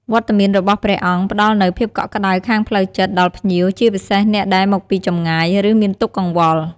បង្ហាញពីគោលការណ៍សាសនា និងវិន័យ ព្រះអង្គអាចណែនាំភ្ញៀវអំពី របៀបប្រតិបត្តិត្រឹមត្រូវ នៅក្នុងទីអារាម ឬក្នុងពិធីបុណ្យ។